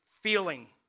feeling